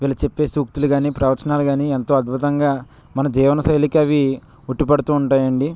వీరు చెప్పే సూక్తులు కాని ప్రవచనాలు కానీ ఎంతో అద్భుతంగా మన జీవనశైలి అవి ఉట్టిపడుతూ ఉంటాయండి